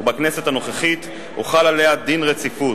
ובכנסת הנוכחית הוחל עליה דין רציפות.